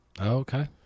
Okay